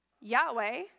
Yahweh